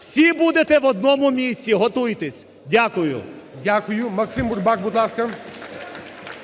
Всі будете в одному місці. Готуйтесь! Дякую. ГОЛОВУЮЧИЙ. Дякую. Максим Бурбак, будь ласка.